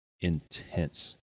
intense